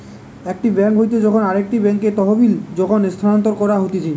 একটি বেঙ্ক হইতে যখন আরেকটি বেঙ্কে তহবিল যখন স্থানান্তর করা হতিছে